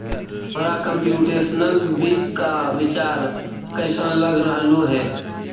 तोहरा कंप्युटेशनल वित्त का विचार कइसन लग रहलो हे